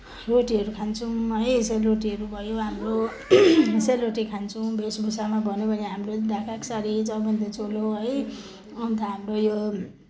रोटीहरू खान्छौँ है सेलरोटीहरू भयो हाम्रो सेलरोटी खान्छौँ वेशभूषामा भनौँ भने हाम्रो पनि ढाकाको साडी चौबन्दी चोलो है अन्त हाम्रो यो